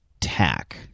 tack